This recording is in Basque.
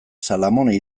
salamone